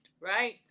right